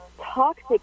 toxic